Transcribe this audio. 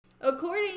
According